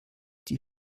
die